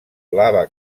blava